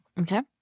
okay